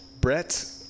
Brett